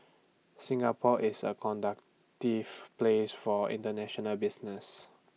Singapore is A conductive place for International business